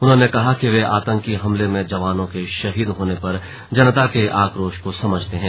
उन्होंने कहा कि वे आतंकी हमले में जवानों के शहीद होने पर जनता के आक्रोश को समझते हैं